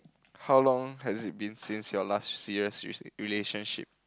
how long has it been since your last serious re~ relationship